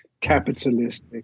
capitalistic